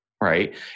right